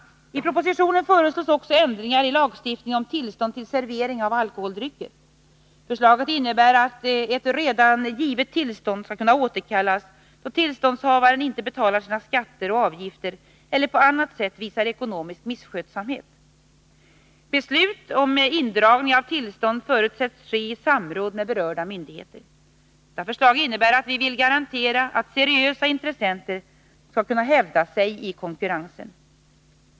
I propositionen föreslås också ändringar i lagstiftningen om tillstånd till servering av alkoholdrycker. Förslaget innebär att ett redan givet tillstånd skall kunna återkallas, då tillståndshavaren inte betalar sina skatter och avgifter eller på annat sätt visar ekonomisk misskötsamhet. Beslut om indragning av tillstånd förutsätts ske i samråd med berörda myndigheter. Detta förslag innebär att vi vill garantera att seriösa intressenter skall kunna hävda sig i konkurrensen.